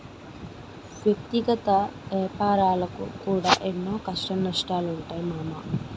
వ్యక్తిగత ఏపారాలకు కూడా ఎన్నో కష్టనష్టాలుంటయ్ మామా